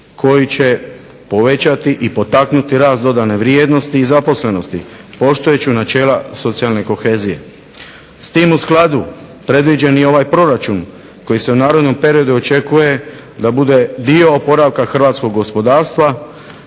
koji će povećati i potaknuti rast dodane vrijednosti i zaposlenosti, poštujući načela socijalne kohezije. S tim u skladu predviđen je i ovaj proračun koji se u narednom periodu očekuje da bude dio oporavka hrvatskog gospodarstva